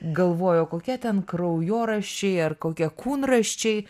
galvojau kokie ten kraujoraščiai ar kokie kūnraščiai